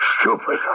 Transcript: stupid